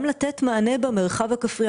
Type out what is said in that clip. גם לתת מענה במרחב הכפרי.